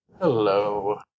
Hello